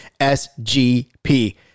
SGP